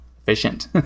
efficient